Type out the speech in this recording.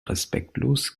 respektlos